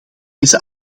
deze